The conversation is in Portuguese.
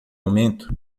aumento